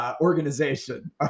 organization